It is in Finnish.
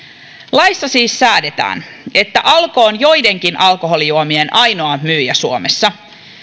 laissa siis säädetään että alko on joidenkin alkoholijuomien ainoa myyjä suomessa